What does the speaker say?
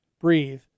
breathe